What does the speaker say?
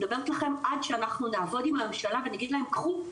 אני מדברת עד שאנחנו נעבוד עם הממשלה ונגיד להם קחו,